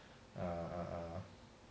uh uh uh